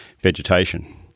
vegetation